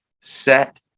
Set